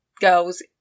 girls